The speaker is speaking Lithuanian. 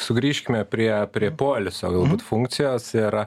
sugrįžkime prie prie poilsio galbūt funkcijos ir